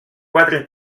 quatre